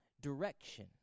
direction